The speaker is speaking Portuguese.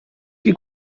que